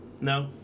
No